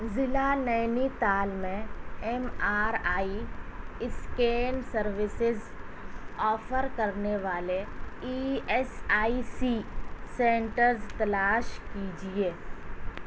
ضلع نینی تال میں M R I scan services offer کرنے والے E S I C centres تلاش کیجیے